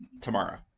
Tomorrow